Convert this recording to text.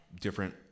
different